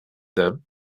them